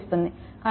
కనుక 30 0